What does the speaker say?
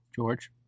George